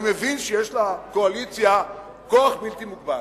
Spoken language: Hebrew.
אני מבין שיש לקואליציה כוח בלתי מוגבל.